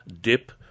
dip